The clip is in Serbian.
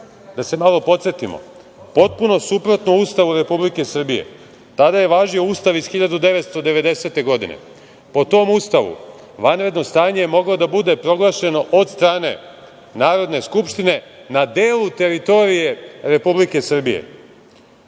Da se malo podsetimo. Potpuno suprotno Ustavu Republike Srbije. Tada je važio Ustav iz 1990. godine. Po tom Ustavu vanredno stanje je moglo da bude proglašeno od strane Narodne skupštine na delu teritorije Republike Srbije.